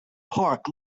park